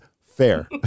fair